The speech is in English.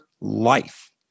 life